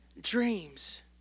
dreams